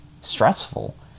stressful